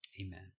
Amen